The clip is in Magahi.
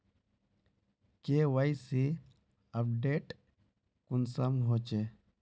के.वाई.सी अपडेट कुंसम होचे?